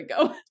go